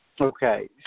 Okay